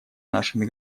нашими